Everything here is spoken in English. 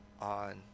on